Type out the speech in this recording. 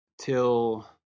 till